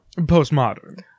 postmodern